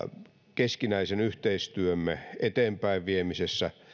keskinäisen yhteistyömme eteenpäinviemisessä myöskin